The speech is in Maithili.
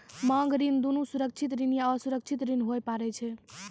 मांग ऋण दुनू सुरक्षित ऋण या असुरक्षित ऋण होय पारै छै